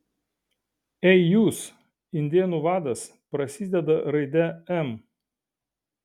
ei jūs indėnų vadas prasideda raide m